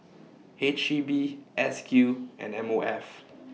H E B S Q and M O F